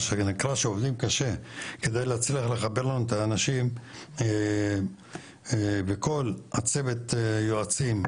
מה שנקרא שעובדים קשה כדי להצליח לחבר לנו את האנשים וכל הצוות יועצים,